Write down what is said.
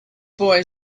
boy